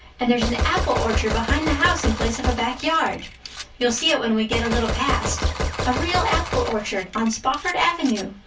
and there's an apple orchard behind the house in place of a back yard you'll see it when we get a little past a real apple orchard on spofford avenue!